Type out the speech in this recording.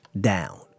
down